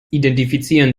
identifizieren